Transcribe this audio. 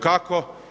Kako?